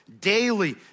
daily